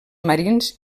marins